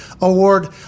award